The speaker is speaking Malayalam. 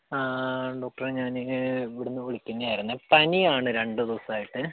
ഡോക്ടറെ ഞാൻ ഇവിടുന്ന് വിളിക്കുന്ന ആയിരുന്നു പനി ആണ് രണ്ട് ദിവസമായിട്ട്